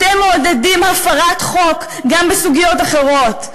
אתם מעודדים הפרת חוק גם בסוגיות אחרות.